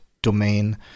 domain